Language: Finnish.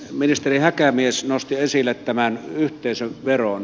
ministeri häkämies nosti esille tämän yhteisöveron